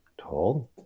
told